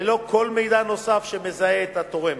ללא כל מידע נוסף שמזהה את התורמת,